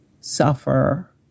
suffer